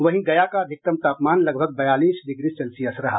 वहीं गया का अधिकतम तापमान लगभग बयालीस डिग्री सेल्सियस रहा